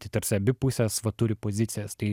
tai tarsi abi pusės va turi pozicijas tai